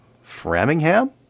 Framingham